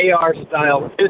AR-style